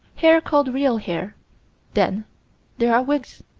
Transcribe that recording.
hair called real hair then there are wigs.